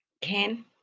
Ken